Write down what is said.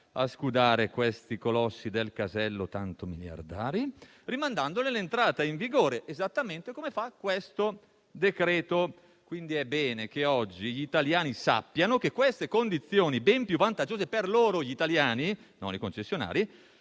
scudare questi colossi del casello tanto miliardari? Rimandandone l'entrata in vigore, esattamente come fa il provvedimento al nostro esame. Quindi è bene che oggi gli italiani sappiano che queste condizioni ben più vantaggiose per loro - gli italiani, non i concessionari